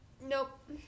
nope